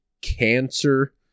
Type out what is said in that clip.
cancer